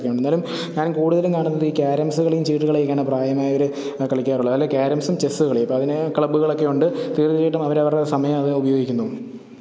എന്നാലും എന്നാലും ഞാൻ കൂടുതലും കാണുന്നത് ക്യാരംസ് കളിയും ചീട്ടുകളിയൊക്കെയാണ് പ്രായമായവർ കളിക്കാറുള്ളത് അല്ലെങ്കിൽ ക്യാരംസും ചെസ്സ് കളിയും അപ്പം അതിന് ക്ലബ്ബുകൾ ഒക്കെ ഉണ്ട് തീർച്ചയായിട്ടും അവർ അവരുടെ സമയം അവർ ഉപയോഗിക്കുന്നു